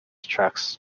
trucks